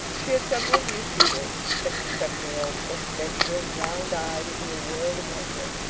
she had several new pupils, six and seven-year-olds just venturing, round-eyed, into a world of wonder.